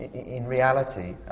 in reality,